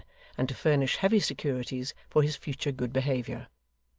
and to furnish heavy securities for his future good behaviour.